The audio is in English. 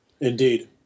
Indeed